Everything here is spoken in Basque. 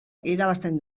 irabazten